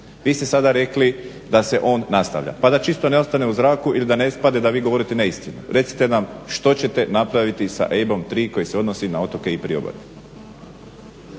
Vi ste sada rekli da se on nastavlja. Pa da čisto ne ostane u zraku ili da ispadne da vi govorite neistinu, recite nam što ćete napraviti sa EIB-om 3 koji se odnosi na otoke i priobalje.